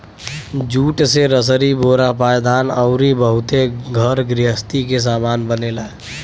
jute से रसरी बोरा पायदान अउरी बहुते घर गृहस्ती के सामान बनेला